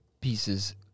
pieces